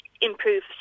improve